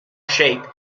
shape